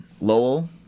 Lowell